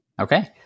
Okay